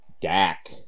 Dak